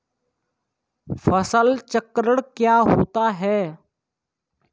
फसल चक्रण क्या होता है?